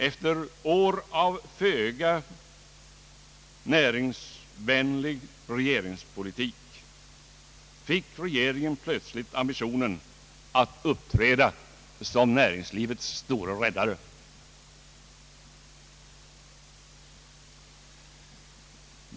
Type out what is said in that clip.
Efter år av föga näringsvänlig regeringspolitik fick regeringen plötsligt ambitionen att uppträda som näringslivets store räddare.